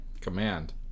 command